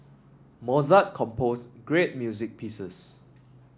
Mozart composed great music pieces